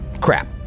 Crap